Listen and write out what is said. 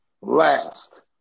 Last